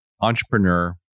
entrepreneur